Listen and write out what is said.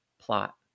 plot